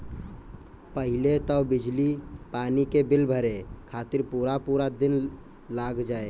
पहिले तअ बिजली पानी के बिल भरे खातिर पूरा पूरा दिन लाग जाए